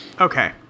Okay